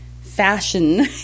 fashion